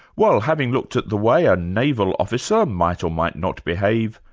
well having looked at the way a naval officer might or might not behave,